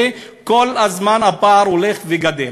וכל הזמן הפער הולך וגדל,